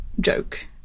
joke